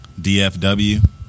DFW